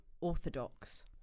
orthodox